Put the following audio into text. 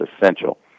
essential